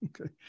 Okay